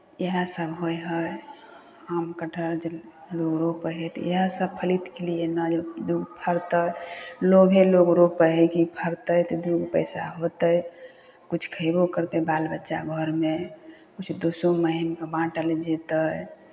इएहसभ होइ हइ आम कटहर जे लोक रोपै हइ तऽ इएह सभ फलित के लिए ने जे दु फड़तै लोभे लोक रोपै हइ कि फड़तै तऽ दू गो पैसा होतै किछु खयबो करतै बाल बच्चा घरमे किछु दोसो महीमकेँ बाँटल जेतै